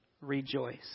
rejoice